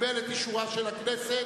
קיבל את אישורה של הכנסת.